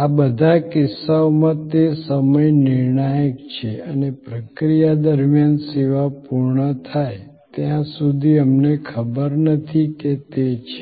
આ બધા કિસ્સાઓમાં તે સમય નિર્ણાયક છે અને પ્રક્રિયા દરમિયાન સેવા પૂર્ણ થાય ત્યાં સુધી અમને ખબર નથી કે તે છે